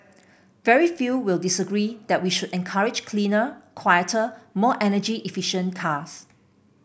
very few will disagree that we should encourage cleaner quieter more energy efficient cars